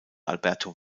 alberto